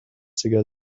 together